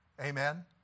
Amen